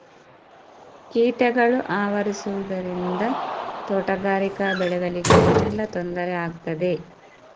ಕೀಟಗಳು ಆವರಿಸುದರಿಂದ ತೋಟಗಾರಿಕಾ ಬೆಳೆಗಳಿಗೆ ಏನೆಲ್ಲಾ ತೊಂದರೆ ಆಗ್ತದೆ?